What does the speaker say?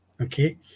okay